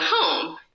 home